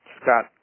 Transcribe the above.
Scott